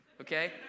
okay